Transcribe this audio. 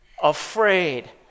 afraid